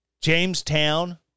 Jamestown